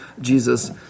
Jesus